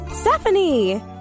Stephanie